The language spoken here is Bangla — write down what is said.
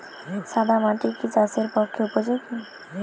সাদা মাটি কি চাষের পক্ষে উপযোগী?